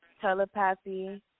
telepathy